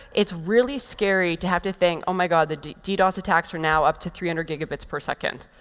it's really scary to have to think, oh, my god, the ddos attacks are now up to three hundred gigabits per second.